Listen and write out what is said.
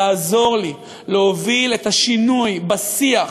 לעזור לי להוביל את השינוי בשיח,